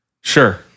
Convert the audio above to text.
Sure